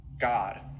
God